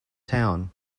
town